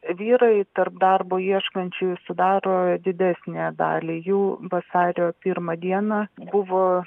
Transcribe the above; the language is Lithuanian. vyrai tarp darbo ieškančiųjų sudaro didesnę dalį jų vasario pirmą dieną buvo